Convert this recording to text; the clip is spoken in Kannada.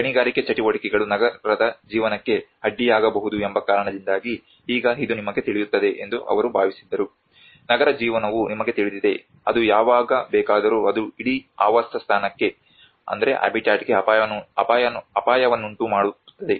ಗಣಿಗಾರಿಕೆ ಚಟುವಟಿಕೆಗಳು ನಗರದ ಜೀವನಕ್ಕೆ ಅಡ್ಡಿಯಾಗಬಹುದು ಎಂಬ ಕಾರಣದಿಂದಾಗಿ ಈಗ ಇದು ನಿಮಗೆ ತಿಳಿಯುತ್ತದೆ ಎಂದು ಅವರು ಭಾವಿಸಿದ್ದರು ನಗರ ಜೀವನವು ನಿಮಗೆ ತಿಳಿದಿದೆ ಅದು ಯಾವಾಗ ಬೇಕಾದರೂ ಅದು ಇಡೀ ಆವಾಸಸ್ಥಾನಕ್ಕೆ ಅಪಾಯವನ್ನುಂಟು ಮಾಡುತ್ತದೆ